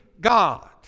God